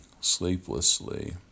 sleeplessly